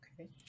okay